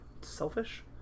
Selfish